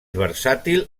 versàtil